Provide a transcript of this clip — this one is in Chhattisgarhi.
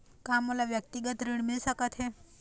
का मोला व्यक्तिगत ऋण मिल सकत हे?